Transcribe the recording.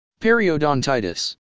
Periodontitis